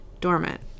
dormant